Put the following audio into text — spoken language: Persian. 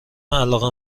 علاقه